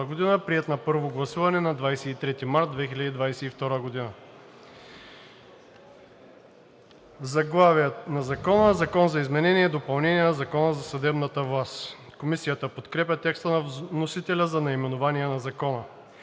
„Закон за изменение и допълнение на Закона за съдебната власт (обн., ДВ, бр. …)“.“ Комисията подкрепя текста на вносителя за наименование на Закона.